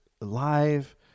live